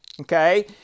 okay